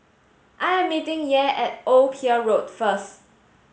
I am meeting Yair at Old Pier Road first